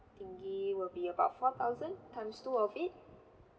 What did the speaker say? think it will be about four thousand times two of it